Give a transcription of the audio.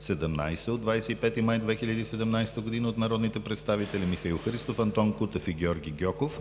754-05-17 от 25 май 2017 г., от народните представители Михаил Христов, Антон Кутев и Георги Гьоков